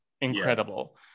incredible